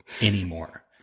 anymore